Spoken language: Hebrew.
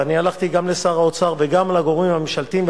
ואני הלכתי גם לשר האוצר וגם לגורמים הממשלתיים,